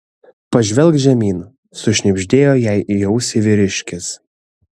pažvelk žemyn sušnibždėjo jai į ausį vyriškis